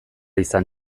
izan